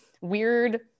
weird